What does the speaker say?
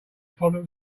problem